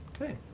Okay